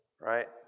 right